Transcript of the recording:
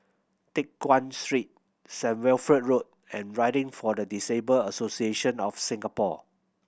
Teck Guan Street Saint Wilfred Road and Riding for the Disabled Association of Singapore